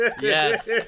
Yes